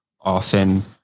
often